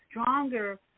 stronger